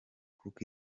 cook